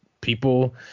people